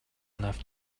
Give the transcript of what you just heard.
enough